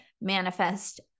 manifest